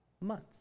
months